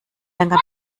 länger